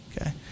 Okay